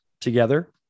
together